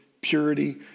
purity